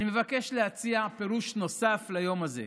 אני מבקש להציע פירוש נוסף ליום הזה: